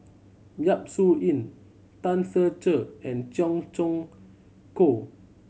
Yap Su Yin Tan Ser Cher and Cheong Choong Kong